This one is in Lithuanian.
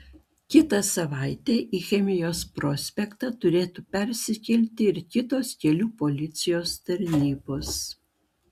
kitą savaitę į chemijos prospektą turėtų persikelti ir kitos kelių policijos tarnybos